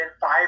five